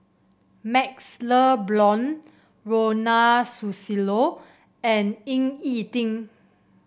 MaxLe Blond Ronald Susilo and Ying E Ding